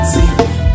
See